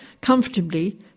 comfortably